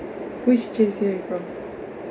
which J_C are you from